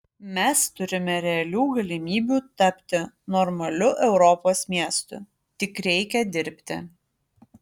mes turime realių galimybių tapti normaliu europos miestu tik reikia dirbti